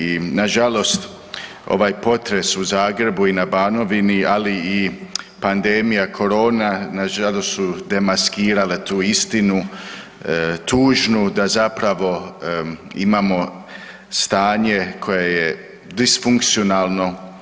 I na žalost ovaj potres u Zagrebu i na Banovini, ali i pandemija korona na žalost su demaskirale tu istinu tužnu da zapravo imamo stanje koje je difunkcionalno.